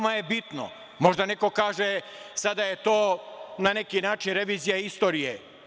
Možda neko kaže sada da je to na neki način revizija istorije.